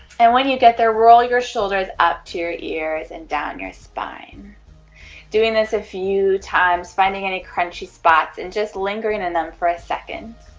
and when you get there roll your shoulders up to your ears and down your spine doing this a few times finding any crunchy spots and just lingering in them for a second